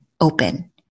open